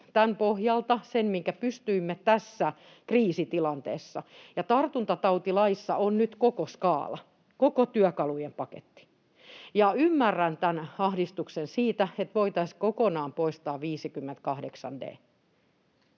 tämän pohjalta sen, minkä pystyimme tässä kriisitilanteessa, ja tartuntatautilaissa on nyt koko skaala, koko työkalujen paketti. Ymmärrän tämän ahdistuksen siitä, että voitaisiin kokonaan poistaa 58